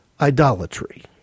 idolatry